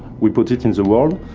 we put it in the world,